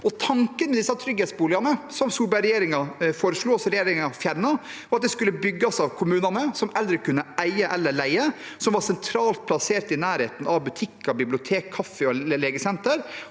Tanken med disse trygghetsboligene som Solberg-regjeringen foreslo, og som regjeringen har fjernet, var at de skulle bygges av kommunene, som eldre kunne eie eller leie, og som var sentralt plassert i nærheten av butikker, bibliotek, kafé og legesenter.